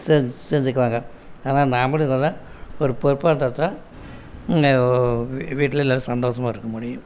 செஞ்சு செஞ்சுக்குவாங்க அதனால நாமளும் இதில் ஒரு பொறுப்பாக இருந்தால்தான் வீட்டில் எல்லோரும் சந்தோஷமா இருக்க முடியும்